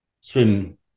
swim